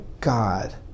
God